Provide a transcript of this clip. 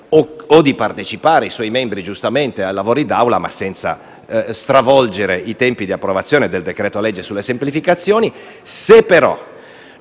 o di partecipare con i suoi membri ai lavori d'Assemblea, senza stravolgere i tempi di approvazione del decreto-legge sulle semplificazioni. Se però